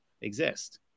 exist